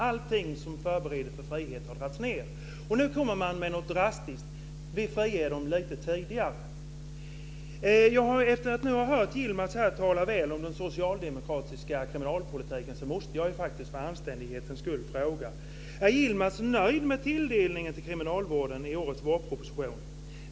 Allting som förbereder för frihet har det dragits ned på, och nu kommer man med något drastiskt: Vi friger dem lite tidigare. Efter att ha hört Yilmaz här tala väl om den socialdemokratiska kriminalpolitiken måste jag för anständighetens skull fråga: Är Yilmaz nöjd med tilldelningen till kriminalvården i årets vårproposition?